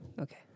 Okay